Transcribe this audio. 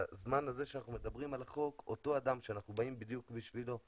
בזמן הזה שאנחנו מדברים על החוק זה אותו אדם שבדיוק בשבילו אנחנו באים,